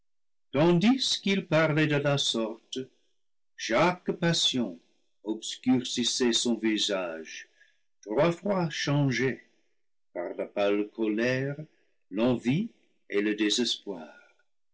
tandis qu'il parlait de la sorte chaque passion obscurcissait son visage trois fois changé par la pâle colère l'envie et le désespoir